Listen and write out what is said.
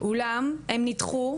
אולם הם נדחו,